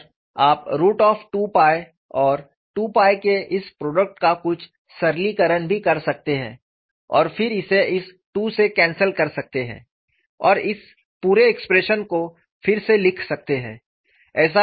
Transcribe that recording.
और आप root of 2 pi और 2 pi के इस प्रोडक्ट का कुछ सरलीकरण भी कर सकते हैं और फिर इसे इस 2 से कैंसल कर सकते हैं और इस पुरे एक्सप्रेशन को फिर से लिख सकते हैं